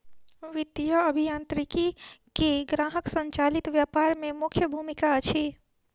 वित्तीय अभियांत्रिकी के ग्राहक संचालित व्यापार में मुख्य भूमिका अछि